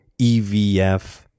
EVF